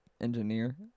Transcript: engineer